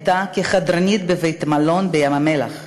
שלי הייתה כחדרנית בבית-מלון בים-המלח.